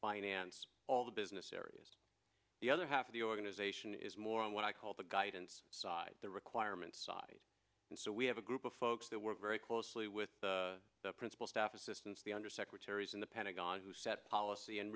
finance all the business areas the other half of the organization is more on what i call the guidance side the requirements side and so we have a group of folks that work very closely with the principal staff assistants the undersecretaries in the pentagon who set policy and